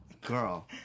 girl